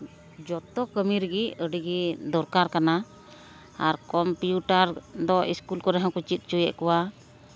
ᱡᱚᱛᱚ ᱠᱟᱹᱢᱤ ᱨᱮᱜᱮ ᱟᱹᱰᱤᱜᱮ ᱫᱚᱨᱠᱟᱨ ᱠᱟᱱᱟ ᱟᱨ ᱠᱚᱢᱯᱤᱭᱩᱴᱟᱨ ᱫᱚ ᱤᱥᱠᱩᱞ ᱠᱚᱨᱮ ᱦᱚᱸᱠᱚ ᱪᱮᱫ ᱦᱚᱪᱚᱭᱮᱫ ᱠᱚᱣᱟ